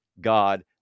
God